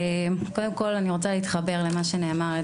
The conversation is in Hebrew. קודם כל אני רוצה להתחבר למה שנאמר על